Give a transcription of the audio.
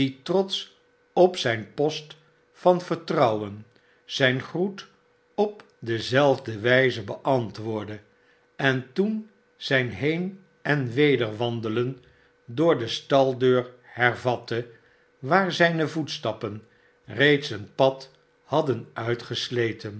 trotsch op zijn post van vertrouwen zijn groet op dezelfde wijze bftantwoordde en toen zijn heen en weder wandelen voor de stajdeur hervatte waar zijne voestappen reeds een pad hadden uitgesleten